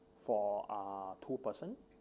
for uh two person